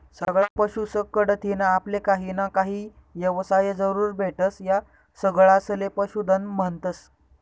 सगळा पशुस कढतीन आपले काहीना काही येवसाय जरूर भेटस, या सगळासले पशुधन म्हन्तस